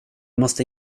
måste